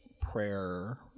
prayer